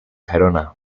gerona